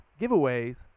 giveaways